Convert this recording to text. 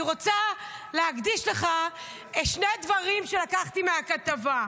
אני רוצה להקדיש לך שני דברים שלקחתי מהכתבה.